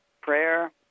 prayer